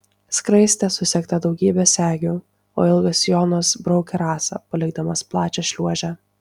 skraistė susegta daugybe segių o ilgas sijonas braukė rasą palikdamas plačią šliuožę